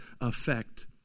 effect